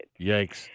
Yikes